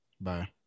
Bye